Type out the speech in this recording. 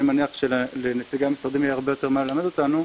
אני מניח שלנציגי המשרדים יהיה הרבה יותר מה ללמד אותנו,